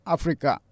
Africa